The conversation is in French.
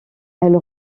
elle